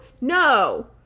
no